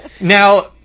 Now